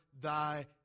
thy